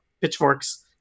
pitchforks